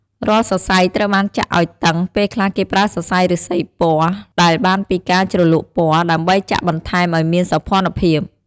រាល់សរសៃត្រូវបានចាក់ឲ្យតឹង ពេលខ្លះគេប្រើសរសៃឬស្សីពណ៌ ដែលបានពីការជ្រលក់ពណ៌ ដើម្បីចាក់បន្ថែមអោយមានសោភ័ណភាព។